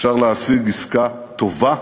אפשר להשיג עסקה טובה